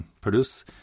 produce